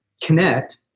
connect